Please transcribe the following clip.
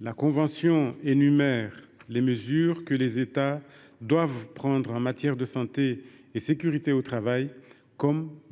la convention énumère les mesures que les États doivent prendre en matière de santé et sécurité au travail, comme la